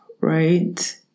right